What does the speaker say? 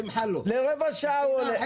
לרבע שעה הוא הולך.